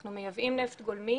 אנחנו מייבאים נפט גולמי